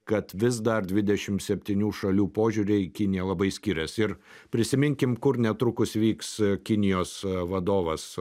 kad vis dar dvidešim septynių šalių požiūriai kiniją labai skirias ir prisiminkim kur netrukus vyks kinijos vadovas